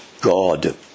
God